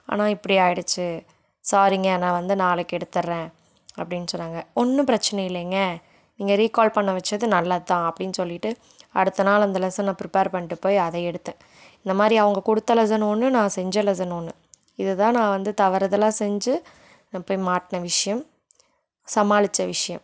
ஆனால் இப்படி ஆயிடுச்சு சாரிங்க நான் வந்து நாளைக்கு எடுத்துறேன் அப்படின்னு சொன்னாங்க அங்கே ஒன்றும் பிரச்சனை இல்லைங்க நீங்கள் ரீக்கால் பண்ண வச்சது நல்லதுதான் அப்படின்னு சொல்லிட்டு அடுத்த நாள் அந்த லெசனை ப்ரிப்பேர் பண்ணிட்டு போய் அதை எடுத்தேன் இந்த மாதிரி அவங்க கொடுத்த லெசன் ஒன்று நான் செஞ்ச லெசன் ஒன்று இதைதான் நான் வந்து தவறுதலாக செஞ்சு நான் போய் மாட்டின விஷயம் சமாளித்த விஷயம்